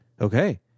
Okay